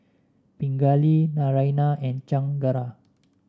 Pingali Naraina and Chengara